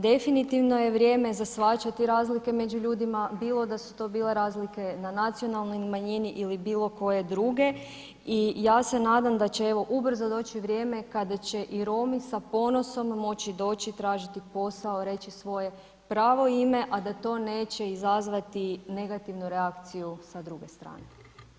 Definitivno je vrijeme za shvaćati razlike među ljudima, bilo da su to bile razlike na nacionalnoj manjini ili bili koje druge i ja se nadam da će evo ubrzo doći vrijeme kada će i Romi sa ponosom moći doći tražiti posao, reći svoje pravo ime, a da to neće izazvati negativnu reakciju sa druge strane.